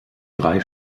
drei